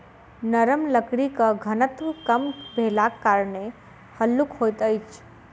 नरम लकड़ीक घनत्व कम भेलाक कारणेँ हल्लुक होइत अछि